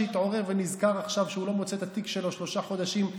שהתעורר ונזכר עכשיו שהוא לא מוצא את התיק שלו שלושה חודשים,